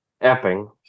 Epping